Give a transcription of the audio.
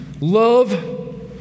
Love